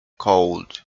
called